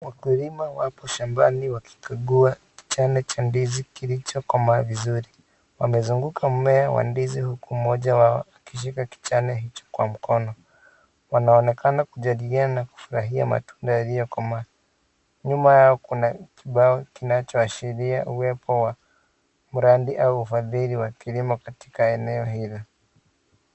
Wakulima wapo shambani wakikagua kichane cha ndizi kilichokomaa vizuri , wamezunguka mmea wa ndizi huku mmoja wao akishika kichane hicho kwa mkono , wanaonekana kujadiliana na kufurahia matunda yaliyokomaa nyuma yao kuna ubao linaloashiria uwepo wa mradi au ufadhili wa kilimo katika eneo hilo.